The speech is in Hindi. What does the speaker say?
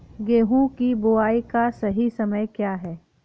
गेहूँ की बुआई का सही समय क्या है?